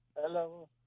Hello